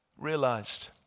realized